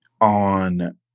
on